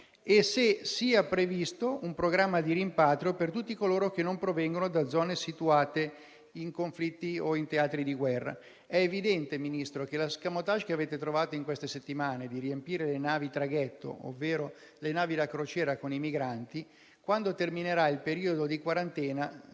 e se sia previsto un programma di rimpatrio per tutti coloro che non provengono da zone di conflitto o teatro di guerra. È evidente, signor Ministro, che l'*escamotage* che avete trovato in queste settimane di riempire con i migranti le navi traghetto, ovvero le navi da crociera, quando terminerà il periodo di quarantena